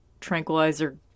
tranquilizer